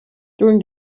during